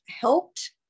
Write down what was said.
helped